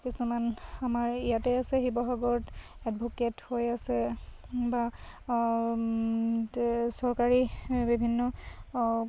কিছুমান আমাৰ ইয়াতে আছে শিৱসাগৰত এডভোকেট হৈ আছে বা চৰকাৰী বিভিন্ন